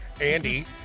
Andy